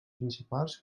principals